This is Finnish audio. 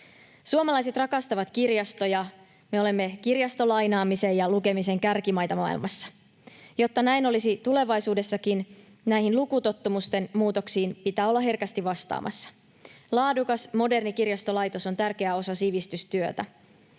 Suomalaiset rakastavat kirjastoja. Me olemme kirjastolainaamisen ja lukemisen kärkimaita maailmassa. Jotta näin olisi tulevaisuudessakin, näihin lukutottumusten muutoksiin pitää olla herkästi vastaamassa. Laadukas, moderni kirjastolaitos on tärkeä osa sivistystyötä.